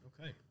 Okay